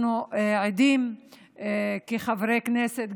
אנחנו עדים כחברי כנסת,